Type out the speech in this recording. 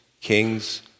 kings